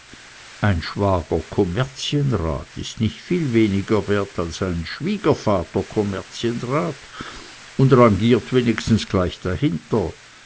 ein schwager kommerzienrat ist nicht viel weniger wert als ein schwiegervater kommerzienrat und rangiert wenigstens gleich dahinter